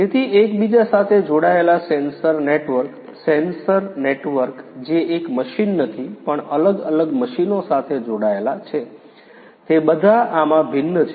તેથી એકબીજા સાથે જોડાયેલા સેન્સર નેટવર્ક સેન્સર નેટવર્ક જે એક મશીન નથી પણ અલગ અલગ મશીનો સાથે જોડાયેલા છે તે બધા આમાં ભિન્ન છે